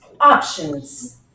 Options